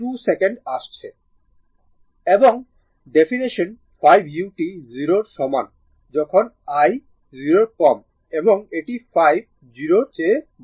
এবং definition 5 u 0 এর সমান যখন I 0 এর কম এবং এটি 5 0 এর চেয়ে বড়